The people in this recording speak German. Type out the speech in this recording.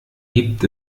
gibt